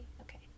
Okay